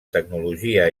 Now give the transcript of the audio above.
tecnologia